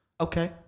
Okay